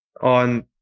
on